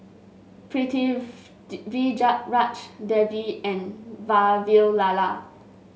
Devi and Vavilala